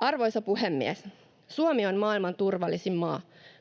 Arvoisa puhemies! Suomi on maailman turvallisin maa.